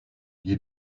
die